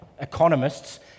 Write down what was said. economists